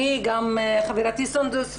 אני וגם חברתי סונדוס,